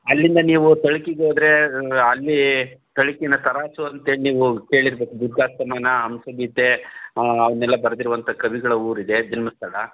ಅಲ್ಲಿಂದ ನೀವು ತಳುಕಿಗೋದ್ರೆ ಅಲ್ಲಿ ತಳುಕಿನ ತರಾಸು ಅಂತೇಳಿ ನೀವು ಕೇಳಿರಬೇಕು ದುರ್ಗಾಸ್ತಮಾನ ಹಂಸಗೀತೆ ಅದನ್ನೆಲ್ಲ ಬರೆದಿರುವಂಥ ಕವಿಗಳ ಊರಿದೆ ಜನ್ಮಸ್ಥಳ